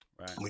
Right